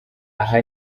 aha